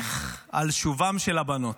שמברך על שובן של הבנות.